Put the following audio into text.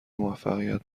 موفقیت